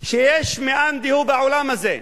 שיש מאן דהוא בעולם הזה,